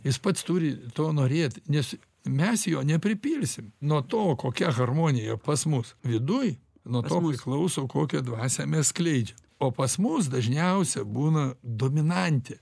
jis pats turi to norėt nes mes jo nepripilsim nuo to kokia harmonija pas mus viduj nuo to priklauso kokią dvasią mes skleidžiam o pas mus dažniausia būna dominantė